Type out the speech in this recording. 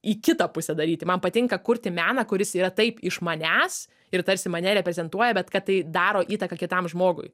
į kitą pusę daryti man patinka kurti meną kuris yra taip iš manęs ir tarsi mane reprezentuoja bet kad tai daro įtaką kitam žmogui